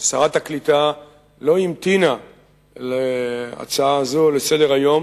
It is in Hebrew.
שרת הקליטה לא המתינה להצעה זו לסדר-היום